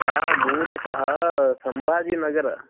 सः मूलतः सम्भाजिनगरम्